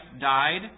died